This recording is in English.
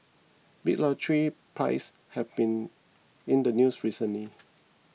big lottery prizes have been in the news recently